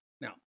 Now